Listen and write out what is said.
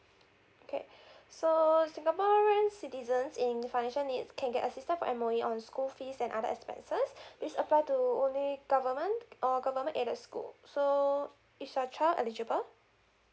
okay so singaporean citizens in financial needs can get assistant from M_O_E on school fees and other expenses which apply to only government uh government aided school so is your child eligible